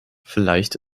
vielleicht